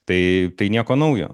tai tai nieko naujo